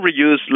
reuse